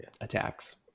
attacks